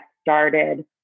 started